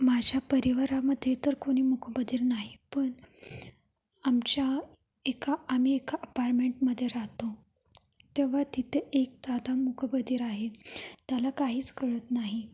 माझ्या परिवारामध्ये तर कोणी मुकबधिर नाही पण आमच्या एका आम्ही एका अपारमेंटमध्ये राहतो तेव्हा तिथे एक दादा मुकबधिर आहे त्याला काहीच कळत नाही